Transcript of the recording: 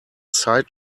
side